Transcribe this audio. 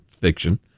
fiction